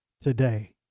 today